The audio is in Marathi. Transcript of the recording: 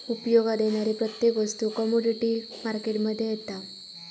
उपयोगात येणारी प्रत्येक वस्तू कमोडीटी मार्केट मध्ये येता